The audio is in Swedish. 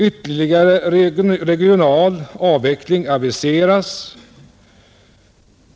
Ytterligare regional avveckling aviseras.